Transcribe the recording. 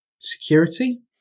Security